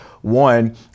One